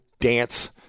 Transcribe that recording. dance